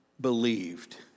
believed